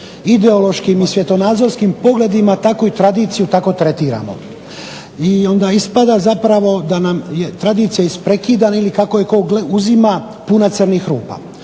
ideološkim i svjetonazorskim pogledima tako i tradiciju tako tretiramo. I onda ispada zapravo da nam je tradicija isprekidana ili kako je tko uzima puna crnih rupa.